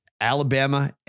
Alabama